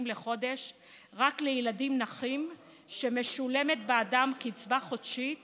לחודש רק לילדים נכים שמשולמת בעדם קצבה חודשית